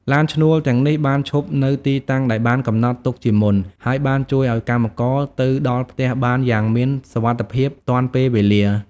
ឡានឈ្នួលទាំងនេះបានឈប់នៅទីតាំងដែលបានកំណត់ទុកជាមុន ហើយបានជួយឱ្យកម្មករទៅដល់ផ្ទះបានយ៉ាងមានសុវត្ថិភាពទាន់ពេលវេលា។